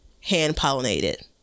hand-pollinated